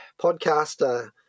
podcaster